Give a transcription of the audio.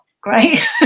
great